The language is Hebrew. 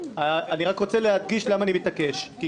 אני רק רוצה להדגיש למה אני מתעקש כי